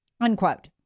unquote